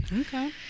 okay